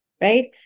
right